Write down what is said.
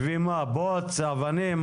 זה מביא בוץ, אבנים?